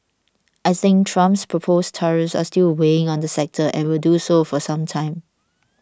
I think Trump's proposed tariffs are still weighing on the sector and will do so for some time